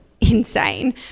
insane